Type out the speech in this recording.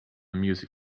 music